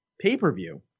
pay-per-view